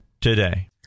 today